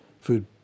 Food